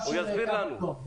הוא יסביר לנו.